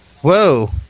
Whoa